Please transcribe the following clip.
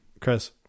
Chris